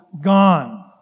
Gone